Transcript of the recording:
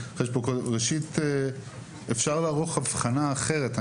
ראשית, אפשר לערוך הבחנה אחרת.